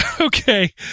Okay